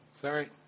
Sorry